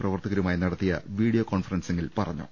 പ്രവർത്തകരുമായി നടത്തിയ വീഡിയോ കോൺഫറൻസിങിൽ പറ ഞ്ഞു